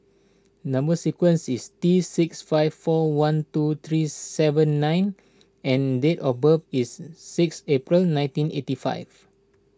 Number Sequence is T six five four one two three seven nine and date of birth is six April nineteen eighty five